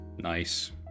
Nice